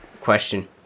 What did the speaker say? Question